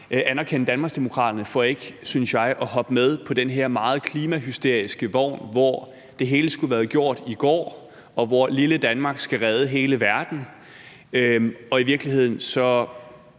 gøre alligevel – for ikke at hoppe med på den her meget, synes jeg, klimahysteriske vogn, hvor det hele skulle have været gjort i går, og hvor lille Danmark skal redde hele verden. Og i virkeligheden må